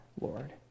Lord